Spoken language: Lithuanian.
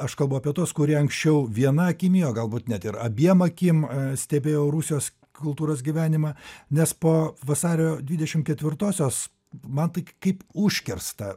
aš kalbu apie tuos kurie anksčiau viena akimi o galbūt net ir abiem akim stebėjo rusijos kultūros gyvenimą nes po vasario dvidešimt ketvirtosios man tai kaip užkirsta